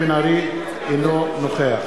אינו נוכח